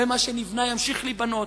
ומה שנבנה ימשיך להיבנות,